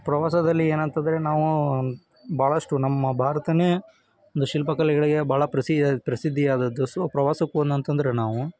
ಪ್ರವಾಸದಲ್ಲಿ ಏನಂತ ಅಂದ್ರೆ ನಾವು ಭಾಳಷ್ಟು ನಮ್ಮ ಭಾರತವೇ ಒಂದು ಶಿಲ್ಪಕಲೆಗಳಿಗೆ ಭಾಳ ಪ್ರಸಿ ಪ್ರಸಿದ್ಧಿಯಾದದ್ದು ಸೊ ಪ್ರವಾಸಕ್ಕೆ ಹೋದ್ನಂತಂದ್ರೆ ನಾವು